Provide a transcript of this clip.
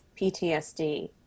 PTSD